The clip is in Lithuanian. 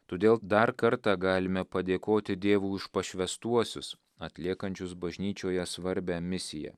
todėl dar kartą galime padėkoti dievui už pašvęstuosius atliekančius bažnyčioje svarbią misiją